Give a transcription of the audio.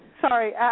Sorry